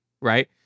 right